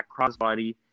crossbody